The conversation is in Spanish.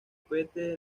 pete